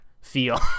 feel